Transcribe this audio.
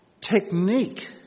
technique